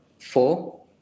Four